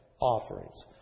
offerings